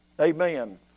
Amen